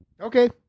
Okay